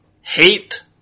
hate